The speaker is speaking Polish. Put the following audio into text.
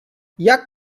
jak